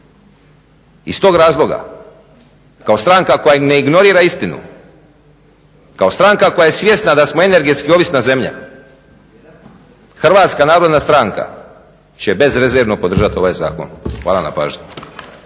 Iz tog razloga kao stranka koja ne ignorira istinu, kao stranka koja je svjesna da smo energetski ovisna zemlja, HNS će bez rezerve podržati ovaj zakon. Hvala na pažnji.